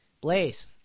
Blaze